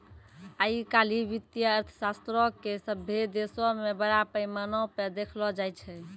आइ काल्हि वित्तीय अर्थशास्त्रो के सभ्भे देशो मे बड़ा पैमाना पे देखलो जाय छै